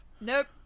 Nope